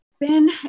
Ben